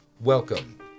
Welcome